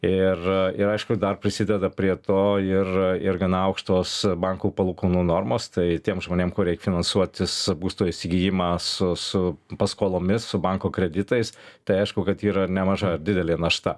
ir ir aišku dar prisideda prie to ir ir gana aukštos bankų palūkanų normos tai tiems žmonėm kur reik finansuotis būsto įsigijimą su su paskolomis su banko kreditais tai aišku kad yra nemaža didelė našta